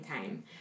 time